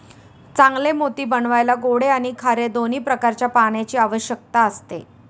चांगले मोती बनवायला गोडे आणि खारे दोन्ही प्रकारच्या पाण्याची आवश्यकता असते